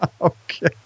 Okay